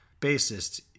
bassist